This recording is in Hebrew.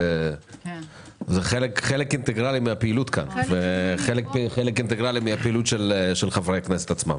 חלק אינטגרלי מהפעילות של חברי הכנסת עצמם.